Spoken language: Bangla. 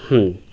হুম